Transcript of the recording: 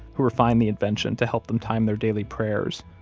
who refined the invention to help them time their daily prayers